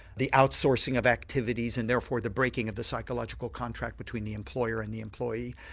the outsourcing of activities and therefore the breaking of the psychological contract between the employer and the employee.